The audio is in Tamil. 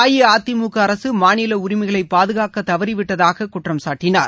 அஇஅதிமுக அரசு மாநில உரிமைகளை பாதுகாக்க தவறிவிட்டதாக குற்றம் சாட்டினார்